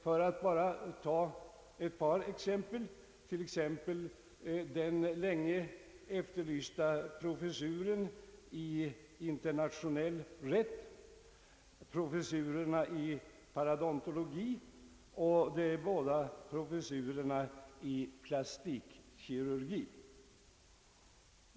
För att bara ta ett par exempel kan nämnas den länge efterlysta professuren i internationell rätt, professurerna i paradontologi och de båda professurerna i plastikkirurgi.